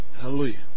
Hallelujah